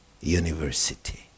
University